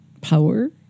power